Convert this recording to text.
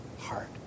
heart